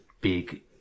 big